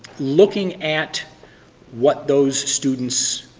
looking at what those students,